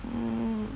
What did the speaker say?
mm